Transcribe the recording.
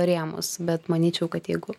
rėmus bet manyčiau kad jeigu